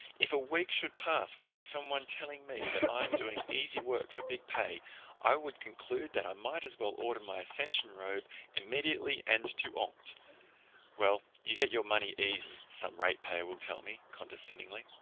if a week should pass without some one telling me that i am doing easy work for big pay i would conclude that i might as well order my ascension robe immediately and to onct well, you get your money easy some rate-payer will tell me, condescendingly.